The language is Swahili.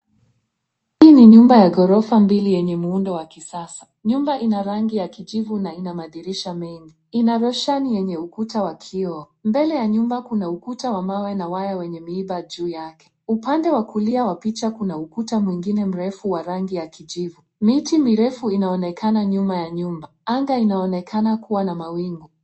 Hii ni nyumba ya ghorofa mbili yenye muundo wa kisasa. Nyumba ina rangi ya kijivu na ina madirisha mengi. Ina roshani yenye ukuta wa kioo. Mbele ya nyumba kuna ukuta wa mawe na waya wenye miiba juu yake. Upande wa kulia wa picha kuna ukuta mwingine mrefu wa rangi ya kijivu. Miti mirefu inaonekana nyuma ya nyumba. Anga inaonekana kuwa na mawingu.